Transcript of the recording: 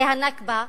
הרי ה"נכבה"